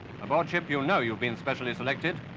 aboard ship, you know you've been specially selected.